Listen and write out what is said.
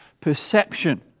perception